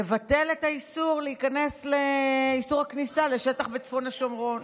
לבטל את איסור הכניסה לשטח בצפון השומרון,